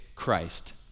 Christ